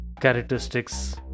characteristics